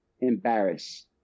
embarrass